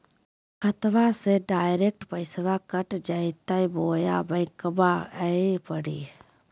खाताबा से डायरेक्ट पैसबा कट जयते बोया बंकबा आए परी?